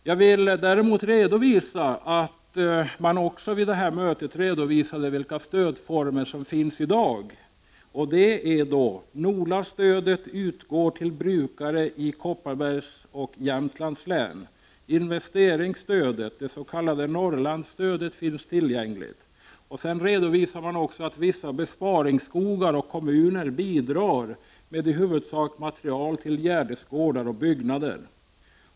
Jag vill däremot nämna att man också vid detta möte redovisade vilka stödformer som finns i dag. NOLA-stödet utgår till brukare i Kopparbergs och Jämtlands län. Investeringsstödet, det s.k. Norrlandsstödet, finns tillgängligt. Man redovisade också att vissa besparingsskogar och kommuner i huvudsak bidrar med material till gärdesgårdar och byggnader.